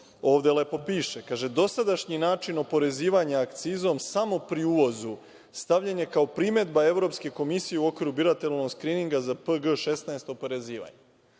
ovde lepo piše. Kaže – dosadašnji način oporezivanja akcizom, samo pri uvozu, stavljen je kao primedba Evropske komisije u okviru bilateralnog skrininga za PG 16 oporezivanja.